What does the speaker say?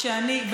שאני,